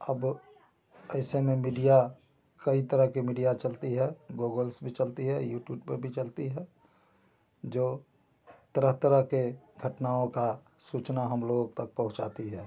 अब ऐसे में मीडिया कई तरह के मीडिया चलती है गोगल्स भी चलती है यूटूब पर भी चलती है जो तरह तरह के घटनाओं का सूचना हम लोगों तक पहुँचाती है